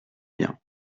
bien